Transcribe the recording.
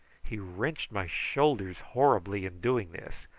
he wrenched my shoulders horribly in doing this,